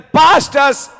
pastors